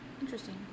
interesting